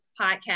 podcast